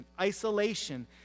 isolation